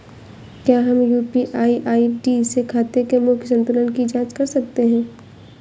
क्या हम UPI ID से खाते के मूख्य संतुलन की जाँच कर सकते हैं?